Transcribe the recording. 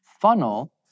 funnel